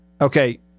Okay